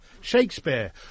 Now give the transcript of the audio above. Shakespeare